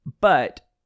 but-